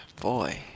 Boy